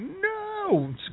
no